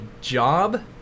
job